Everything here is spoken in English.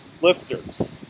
lifters